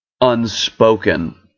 unspoken